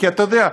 כי אתה יודע,